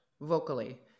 vocally